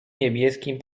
niebieskim